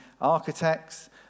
architects